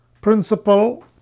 principle